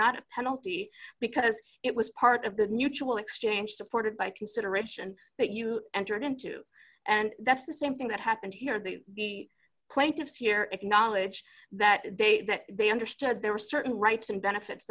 not a penalty because it was part of the neutral exchange supported by consideration that you entered into and that's the same thing that happened here the plaintiffs here acknowledge that day that they understood there were certain rights and benefits